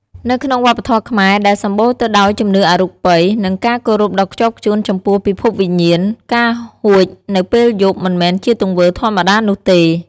នៅក្នុងវប្បធម៌ខ្មែរដែលសម្បូរទៅដោយជំនឿអរូបិយ និងការគោរពដ៏ខ្ជាប់ខ្ជួនចំពោះពិភពវិញ្ញាណ ការហួចនៅពេលយប់មិនមែនជាទង្វើធម្មតានោះទេ។